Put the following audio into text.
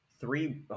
three